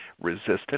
resistant